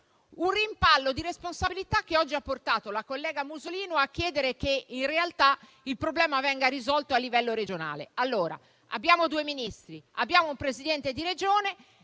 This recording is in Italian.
Un rimpallo di responsabilità che oggi ha portato la collega Musolino a chiedere che, in realtà, il problema venga risolto a livello regionale. Abbiamo due Ministri, abbiamo un Presidente di Regione